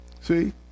See